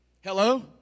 Hello